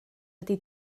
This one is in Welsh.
ydy